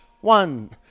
one